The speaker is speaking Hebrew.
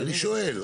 אני שואל.